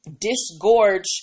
disgorge